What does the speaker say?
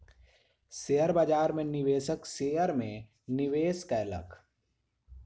share बाजार में निवेशक शेयर में निवेश कयलक